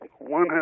one